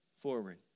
forward